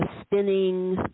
spinning